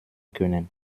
können